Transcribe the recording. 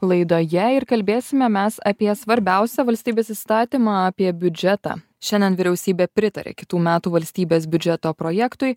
laidoje ir kalbėsime mes apie svarbiausią valstybės įstatymą apie biudžetą šiandien vyriausybė pritarė kitų metų valstybės biudžeto projektui